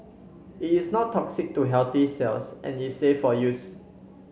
it is not toxic to healthy cells and is safe of use